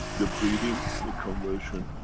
the breeding, the conversion,